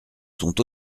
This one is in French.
sont